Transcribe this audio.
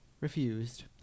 refused